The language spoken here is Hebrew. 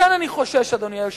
וכאן אני חושש, אדוני היושב-ראש.